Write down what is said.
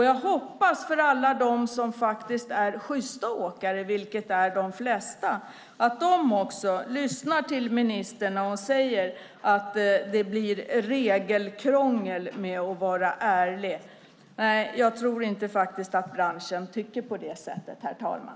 Jag hoppas att alla de som är sjysta åkare, vilket är de flesta, lyssnar till ministern när hon säger att det blir regelkrångel med att vara ärlig. Jag tror faktiskt inte att branschen tycker på det sättet, herr talman.